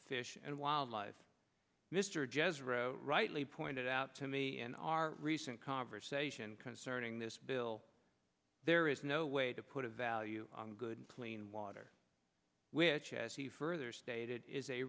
fish and wildlife mr jazz wrote rightly pointed out to me in our recent conversation concerning this bill there is no way to put a value on good clean water which as he further stated is a